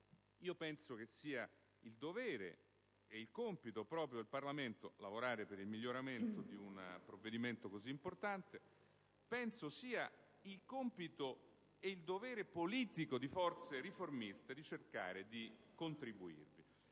penso che sia dovere e compito proprio del Parlamento lavorare per il miglioramento di un provvedimento così importante; penso sia compito e dovere politico di forze riformiste, di cercare di contribuire.